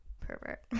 Pervert